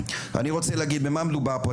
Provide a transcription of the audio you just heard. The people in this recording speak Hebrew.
אני רוצה להגיד במה מדובר פה,